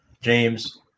James